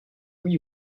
oui